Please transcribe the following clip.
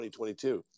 2022